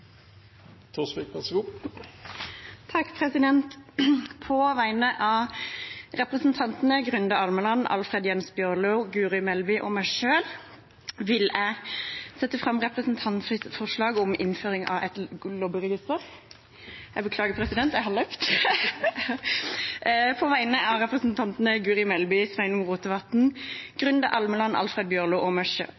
På vegne av representantene Guri Melby, Sveinung Rotevatn, Grunde Almeland, Alfred Bjørlo og meg selv vil jeg sette fram representantforslag om bedre personvern på sosiale medier. Og på vegne av representantene Guri Melby